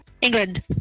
England